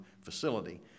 facility